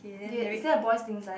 ya is it a boys thing right